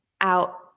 out